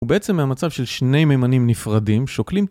הוא בעצם מהמצב של שני ממנים נפרדים שוקלים